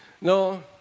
No